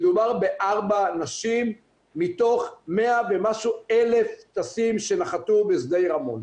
מדובר בארבע נשים מתוך 100 ומשהו אלף טסים שנחתו בשדה רמון.